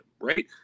right